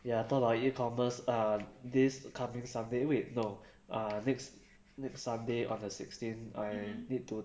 ya talk about E commerce uh this coming sunday wait no next next sunday on the sixteen I need to